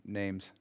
names